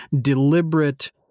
deliberate